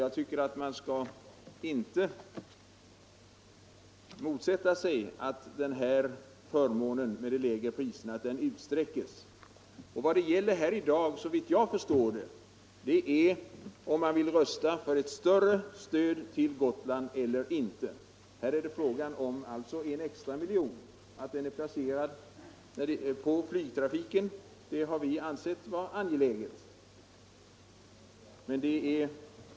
Jag tycker därför inte att man skall motsätta sig att tiden för den här förmånen med de lägre priserna utsträcks. Vad voteringen gäller här i dag är såvitt jag förstår om man vill rösta för ett ökat stöd utöver propositionen till Gotland eller inte med 1 miljon kronor. Denna extra satsning på flygtrafiken har vi ansett angelägen.